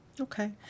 Okay